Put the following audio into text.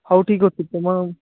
ହଉ ଠିକ୍ ଅଛି ତୁମେ